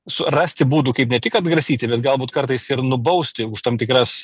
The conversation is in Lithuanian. surasti būdų kaip ne tik atgrasyti bet galbūt kartais ir nubausti už tam tikras